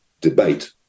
debate